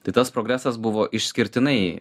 tai tas progresas buvo išskirtinai